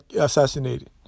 assassinated